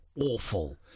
awful